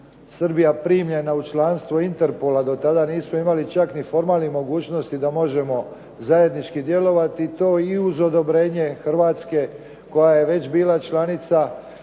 Srbija primljena u članstvo Interpola. Do tada nismo imali čak ni formalnih mogućnosti da možemo zajednički djelovati. To i uz odobrenje Hrvatske koja je već bila članica